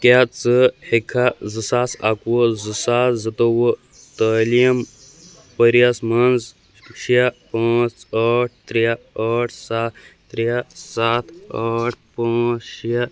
کیٛاہ ژٕ ہیٚکِکھا زٕ ساس اَکوُہ زٕ ساس زٕتوٚوُہ تعلیٖم ؤرۍ یَس مَنٛز شےٚ پانٛژھ ٲٹھ ترٛےٚ ٲٹھ سَتھ ترٛےٚ سَتھ ٲٹھ پانٛژھ شےٚ